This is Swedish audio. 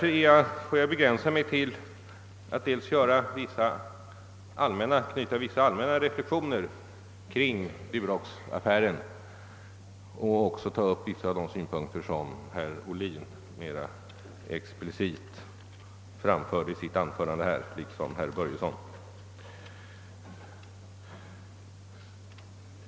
Jag måste därför begränsa mig till att knyta några allmänna reflexioner till Duroxaffären och att ta upp vissa av de synpunkter som herr Ohlin mera expressivt framförde här liksom herr Börjesson.